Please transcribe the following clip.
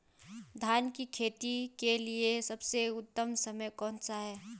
धान की खेती के लिए सबसे उत्तम समय कौनसा है?